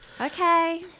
Okay